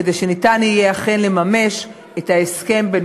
כדי שניתן יהיה אכן לממש את ההסכם בין